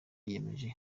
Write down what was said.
yiyemeje